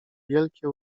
wielkie